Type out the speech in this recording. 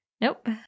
Nope